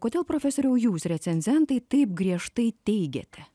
kodėl profesoriau jūs recenzentai taip griežtai teigiate